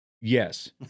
Yes